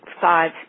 five